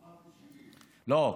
70,000. לא.